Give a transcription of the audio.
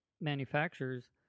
manufacturers